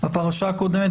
הפרשה הקודמת,